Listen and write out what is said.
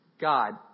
God